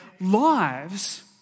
lives